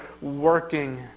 working